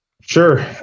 Sure